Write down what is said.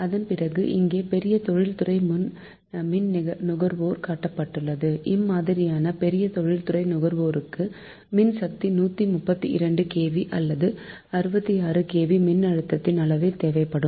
அதன் பிறகு இங்கே பெரிய தொழில்துறை மின்நுகர்வோர் காட்டப்பட்டுள்ளது இம்மாதிரியான பெரிய தொழில்துறை நுகர்வோர்களுக்கு மின்சக்தி 132 kV அல்லது 66 kV மின்னழுத்த அளவில் தேவைப்படும்